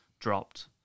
Dropped